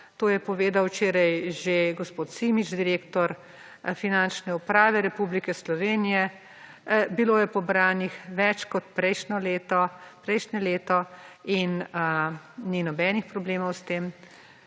To je povedal včeraj že gospod Simič, direktor Finančne uprave Republike Slovenije. Bilo je pobranih več kot prejšnje leto in ni nobenih problemov s tem.